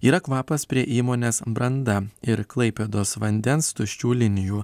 yra kvapas prie įmonės branda ir klaipėdos vandens tuščių linijų